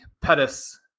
Pettis